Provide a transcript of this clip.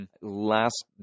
last